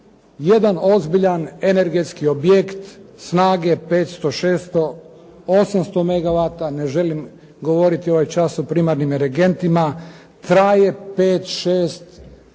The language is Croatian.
jedan ozbiljan energetski objekt snage 500, 600, 800 mega vata, ne želim govoriti ovaj čas o primarnim energentima traje 5, 6 do